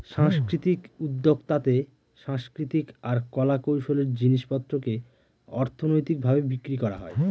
সাংস্কৃতিক উদ্যক্তাতে সাংস্কৃতিক আর কলা কৌশলের জিনিস পত্রকে অর্থনৈতিক ভাবে বিক্রি করা হয়